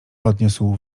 odniósł